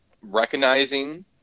recognizing